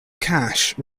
cash